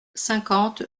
cinquante